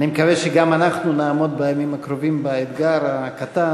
אני מקווה שגם אנחנו נעמוד בימים הקרובים באתגר הקטן